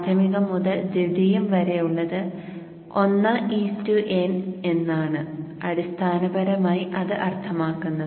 പ്രാഥമികം മുതൽ ദ്വിതീയം വരെയുള്ളത് 1 n എന്നാണ് അടിസ്ഥാനപരമായി അത് അർത്ഥമാക്കുന്നത്